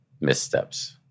missteps